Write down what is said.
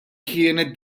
kienet